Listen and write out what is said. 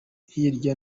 hirya